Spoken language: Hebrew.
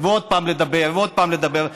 ועוד פעם לדבר ועוד פעם לדבר.